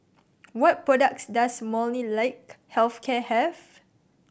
what products does Molnylcke Health Care have